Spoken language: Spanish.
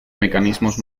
mecanismos